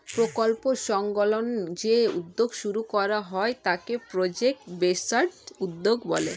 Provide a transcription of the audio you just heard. প্রকল্প সংলগ্ন যে উদ্যোগ শুরু করা হয় তাকে প্রজেক্ট বেসড উদ্যোগ বলে